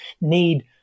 need